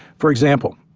for example,